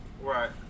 Right